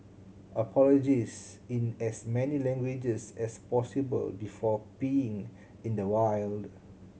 apologise in as many languages as possible before peeing in the wild